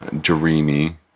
Dreamy